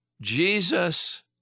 Jesus